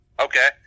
Okay